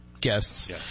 guests